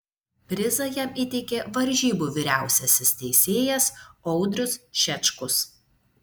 prizą jam įteikė varžybų vyriausiasis teisėjas audrius šečkus